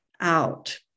out